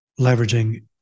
leveraging